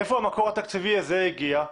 מאיפה המקור התקציבי הזה הגיע?